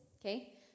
okay